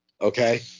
Okay